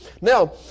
Now